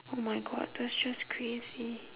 oh my god that's just crazy